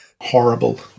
Horrible